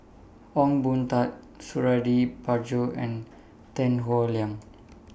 Ong Boon Tat Suradi Parjo and Tan Howe Liang